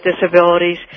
disabilities